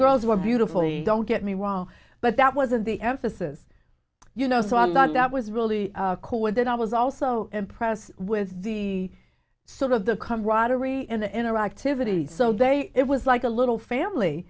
girls were beautifully don't get me wrong but that wasn't the emphasis you know so i'm not that was really cool with it i was also impressed with the sort of the camaraderie and the interactivity so they it was like a little family